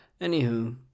Anywho